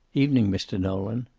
evening, mr. nolan.